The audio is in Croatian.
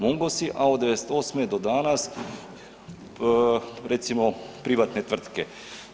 Mungosi, a od '98. do danas recimo privatne tvrtke.